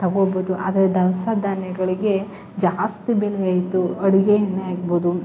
ತಗೊಳ್ಬೋದು ಆದರೆ ದವಸ ಧಾನ್ಯಗಳ್ಗೆ ಜಾಸ್ತಿ ಬೆಲೆ ಇದ್ದು ಅಡುಗೆ ಎಣ್ಣೆಯಾಗ್ಬೋದು